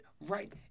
right